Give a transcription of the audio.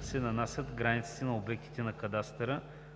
се нанасят границите на обектите на кадастъра,